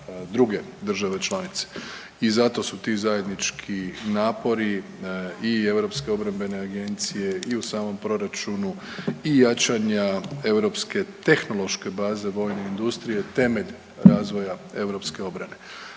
druge države članice. I zato su ti zajednički napori i Europske obrambene agencije i u samom proračunu i jačanja europske tehnološke baze vojne industrije temelj razvoja europske obrane.